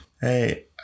Hey